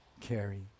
carry